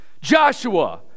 Joshua